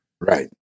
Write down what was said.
Right